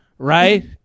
right